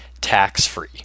tax-free